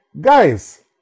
guys